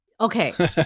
okay